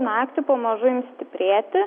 naktį pamažu ims stiprėti